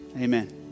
Amen